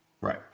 Right